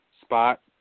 spot